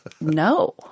No